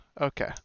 okay